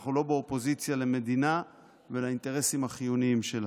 אנחנו לא באופוזיציה למדינה ולאינטרסים החיוניים שלה.